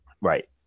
Right